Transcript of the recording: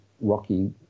rocky